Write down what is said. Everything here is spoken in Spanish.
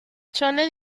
chole